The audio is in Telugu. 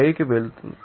5 కి వెళుతుంది